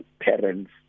parents